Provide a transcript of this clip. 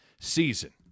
season